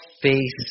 face